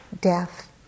Death